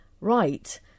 right